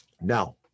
Now